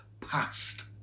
past